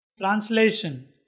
Translation